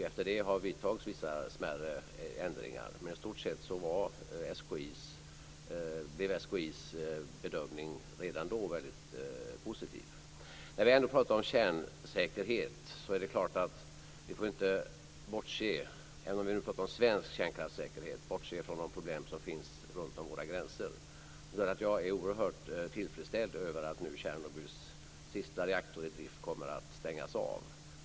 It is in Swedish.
Efter detta har det vidtagits smärre ändringar, men i stort sett gjorde SKI redan då en väldigt positiv bedömning. När vi ändå talar om svensk kärnsäkerhet kan vi inte bortse från de problem som finns kring våra gränser. Jag är oerhört tillfredsställd över att Tjernobyls sista reaktor i drift nu kommer att stängas av.